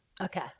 Okay